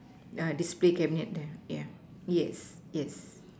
ah display cabinet there yeah yes yes